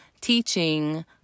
teaching